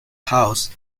house